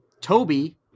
Toby